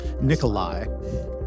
Nikolai